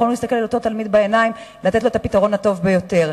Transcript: יכולנו להסתכל לאותו תלמיד בעיניים ולתת לו את הפתרון הטוב ביותר.